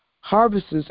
harvests